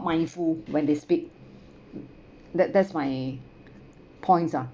mindful when they speak that that's my points ah